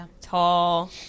tall